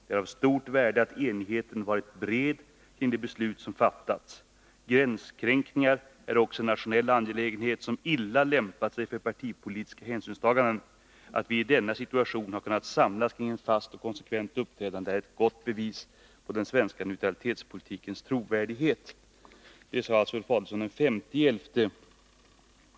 Det är av stort värde att enigheten varit bred kring de beslut som fattats. Gränskränkningen är också en nationell angelägenhet som illa lämpat sig för partipolitiska hänsynstaganden. Att vi i denna situation har kunnat samlas kring ett fast och konsekvent uppträdande är ett gott bevis på den svenska neutralitetspolitikens trovärdighet.” Detta sade alltså Ulf Adelsohn den 5 november.